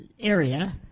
area